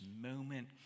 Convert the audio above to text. moment